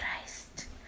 Christ